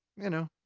you know,